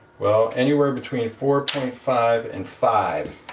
well anywhere between four point five and five